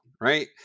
right